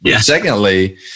Secondly